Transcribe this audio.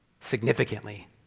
significantly